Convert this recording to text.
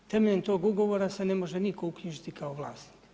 Temeljem tog ugovora se ne može nitko uknjižiti kao vlasnik.